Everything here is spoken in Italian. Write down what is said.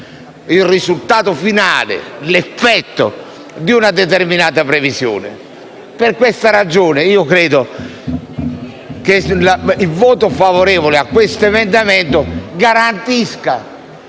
il risultato finale, quale sarà l'effetto di una determinata previsione. Per questa ragione, credo che il voto favorevole a questo emendamento garantisca